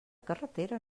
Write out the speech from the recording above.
carretera